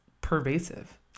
pervasive